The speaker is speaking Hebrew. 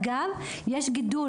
אגב, יש גידול.